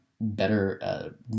better